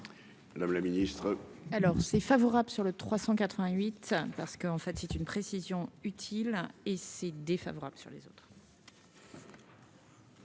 La la ministre. Alors c'est favorable sur le 388 parce qu'en fait c'est une précision utile et ses défavorable sur les autres.